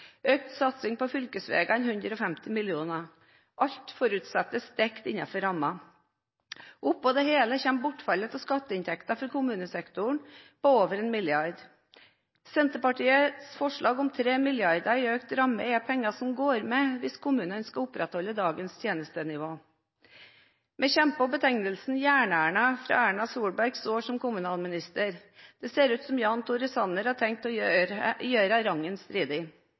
økt satsing på fylkesveier 150 mill. kr, og alt forutsettes dekt innenfor rammen. Oppå alt dette kommer bortfallet av skatteinntekter for kommunesektoren på over 1 mrd. kr. Senterpartiets forslag om 3 mrd. kr i økt ramme er penger som går med hvis kommunene skal opprettholde dagens tjenestenivå. Vi husker betegnelsen «Jern-Erna» fra Erna Solbergs år som kommunalminister. Det ser ut som Jan Tore Sanner har tenkt å gjøre henne rangen stridig.